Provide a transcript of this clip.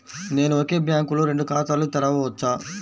నేను ఒకే బ్యాంకులో రెండు ఖాతాలు తెరవవచ్చా?